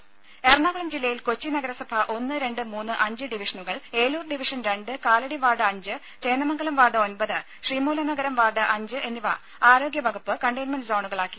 രേര എറണാകുളം ജില്ലയിൽ കൊച്ചി നഗരസഭ ഒന്ന് രണ്ട് മൂന്ന് അഞ്ച് ഡിവിഷനുകൾ ഏലൂർ ഡിവിഷൻ രണ്ട് കാലടി വാർഡ് അഞ്ച് ചേന്ദമംഗലം വാർഡ് ഒമ്പത് ശ്രീമൂലനഗരം വാർഡ് അഞ്ച് എന്നിവ ആരോഗ്യ വകുപ്പ് കണ്ടെയ്ൻമെന്റ് സോണുകളാക്കി